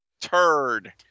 Turd